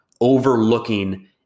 Overlooking